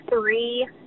three